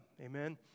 Amen